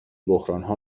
بحرانها